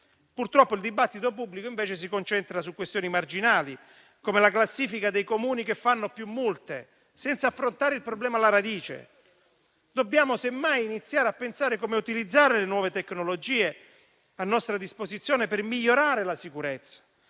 Purtroppo il dibattito pubblico, invece, si concentra su questioni marginali, come la classifica dei Comuni che fanno più multe, senza affrontare il problema alla radice. Dobbiamo semmai iniziare a pensare a come utilizzare le nuove tecnologie a nostra disposizione per migliorare la sicurezza.